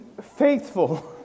faithful